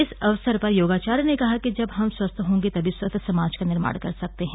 इस अवसर पर योगाचार्य ने कहा कि जब हम स्वस्थ होगें तभी स्वस्थ समाज का निर्माण कर सकते हैं